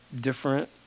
different